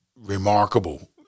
remarkable